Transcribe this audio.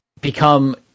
become